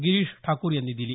गिरीश ठाकूर यांनी दिली